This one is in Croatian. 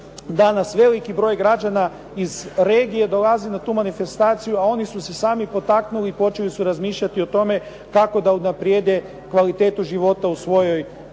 danas veliki broj građana iz regije dolazi na tu manifestaciju a oni su se sami potaknuli i počeli su razmišljati o tome kako da unaprijede kvalitetu života u svojoj mikrosredini